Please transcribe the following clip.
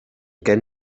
gen